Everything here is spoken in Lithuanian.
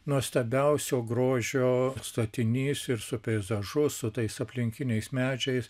nuostabiausio grožio statinys ir su peizažu su tais aplinkiniais medžiais